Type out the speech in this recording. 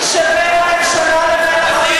מה זה חוות דעת, זה חוק.